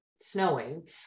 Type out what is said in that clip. snowing